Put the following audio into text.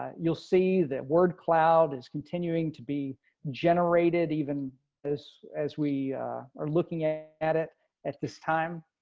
ah you'll see that word cloud is continuing to be generated, even as, as we are looking at at it at this time.